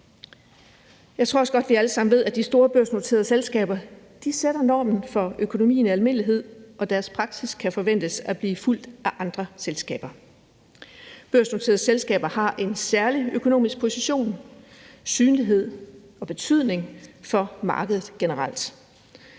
Jeg tror også godt, vi alle sammen ved, at de store børsnoterede selskaber sætter normen for økonomien i almindelighed, og at deres praksis kan forventes at blive fulgt af andre selskaber; børsnoterede selskaber har en særlig økonomisk position, synlighed og betydning for markedet generelt.